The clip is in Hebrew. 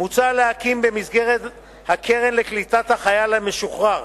מוצע להקים, במסגרת הקרן לקליטת החייל המשוחרר